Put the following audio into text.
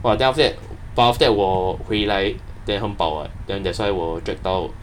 !wah! then after that but after that 我回来 then 很饱 eh then that's why 我 drag 到